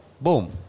Boom